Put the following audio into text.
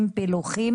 פילוחים